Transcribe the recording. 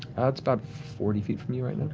it's about forty feet from you right and